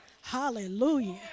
Hallelujah